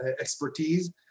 expertise